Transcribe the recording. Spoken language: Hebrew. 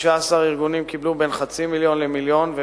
16 ארגונים קיבלו בין חצי מיליון למיליון שקלים